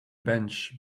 bench